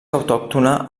autòctona